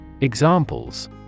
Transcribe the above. Examples